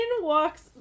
walks